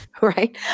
right